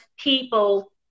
people